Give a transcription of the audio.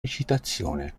recitazione